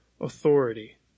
authority